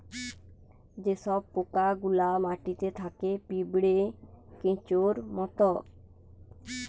যে সব পোকা গুলা মাটিতে থাকে পিঁপড়ে, কেঁচোর মত